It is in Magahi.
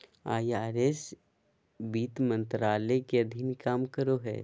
आई.आर.एस वित्त मंत्रालय के अधीन काम करो हय